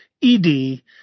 E-D